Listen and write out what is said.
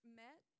met